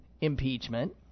impeachment